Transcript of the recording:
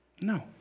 No